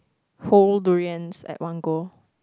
whole durians at one go